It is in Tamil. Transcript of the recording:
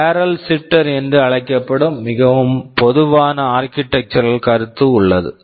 பேரல் ஷிப்ட்டர் barrel shifter என்று அழைக்கப்படும் மிகவும் பொதுவான ஆர்க்கிடெக்சுரல் architectural கருத்து உள்ளது